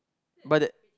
but that